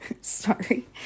sorry